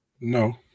No